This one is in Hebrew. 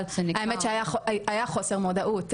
אבל האמת שהיה חוסר מודעות,